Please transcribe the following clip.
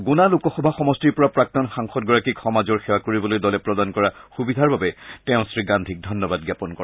গুনা লোকসভা সমষ্টিৰ পৰা প্ৰাক্তন সাংসদগৰাকীক সমাজৰ সেৱা কৰিবলৈ দলে প্ৰদান কৰা সুবিধাৰ বাবে তেওঁ শ্ৰীগান্ধীক ধন্যবাদ জ্ঞাপন কৰে